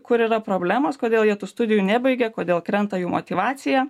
kur yra problemos kodėl jie tų studijų nebaigia kodėl krenta jų motyvacija